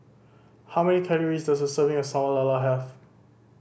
how many calories does a serving of Sambal Lala have